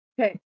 Okay